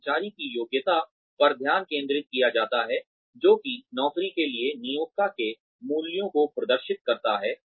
कर्मचारी की योग्यता पर ध्यान केंद्रित किया जाता है जो कि नौकरी के लिए नियोक्ता के मूल्यों को प्रदर्शित करता है